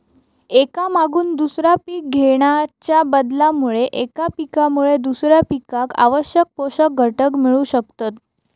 एका मागून दुसरा पीक घेणाच्या बदलामुळे एका पिकामुळे दुसऱ्या पिकाक आवश्यक पोषक घटक मिळू शकतत